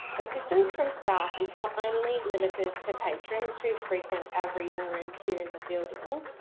assistance from staff is not only limited to patrons who frequent our reading rooms here in the building.